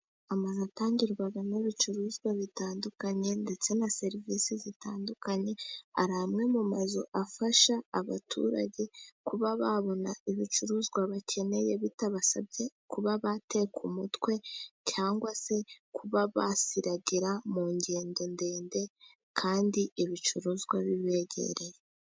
Amazu atangirwamo n'ibicuruzwa bitandukanye ndetse na serivisi zitandukanye. Ni amwe mu mazu afasha abaturage kuba babona ibicuruzwa bakeneye bitabasabye kuba bata umutwe, cyangwa se kuba basiragira mu ngendo ndende, kandi ibicuruzwa bibegereye.